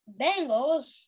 Bengals